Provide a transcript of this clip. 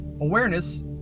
Awareness